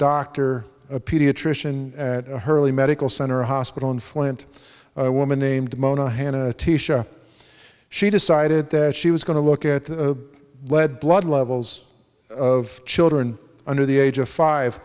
doctor a pediatrician hurley medical center a hospital in flint woman named mona hannah she decided that she was going to look at the lead blood levels of children under the age of five